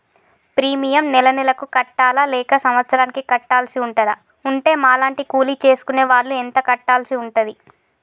Premium నెల నెలకు కట్టాలా లేక సంవత్సరానికి కట్టాల్సి ఉంటదా? ఉంటే మా లాంటి కూలి చేసుకునే వాళ్లు ఎంత కట్టాల్సి ఉంటది?